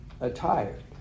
attired